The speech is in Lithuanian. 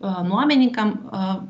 a nuomininkam a